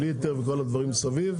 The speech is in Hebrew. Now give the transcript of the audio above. בלי היתר וכל הדברים מסביב,